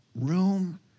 room